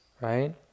right